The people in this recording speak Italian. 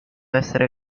essere